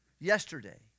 Yesterday